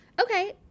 Okay